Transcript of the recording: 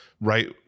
right